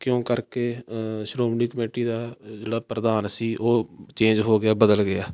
ਕਿਉਂ ਕਰਕੇ ਸ਼੍ਰੋਮਣੀ ਕਮੇਟੀ ਦਾ ਅ ਜਿਹੜਾ ਪ੍ਰਧਾਨ ਸੀ ਉਹ ਚੇਂਜ ਹੋ ਗਿਆ ਬਦਲ ਗਿਆ